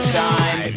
time